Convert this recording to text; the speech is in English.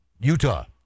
Utah